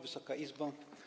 Wysoka Izbo!